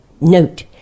note